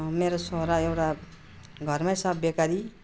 मेरो छोरा एउटा घरमै छ बेकारी